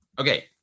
okay